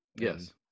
Yes